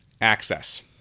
access